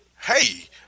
Hey